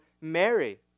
Mary